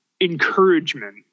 encouragement